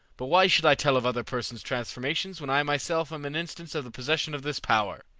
but why should i tell of other persons' transformations when i myself am an instance of the possession of this power?